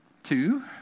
two